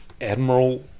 Admiral